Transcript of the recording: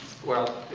well,